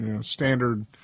standard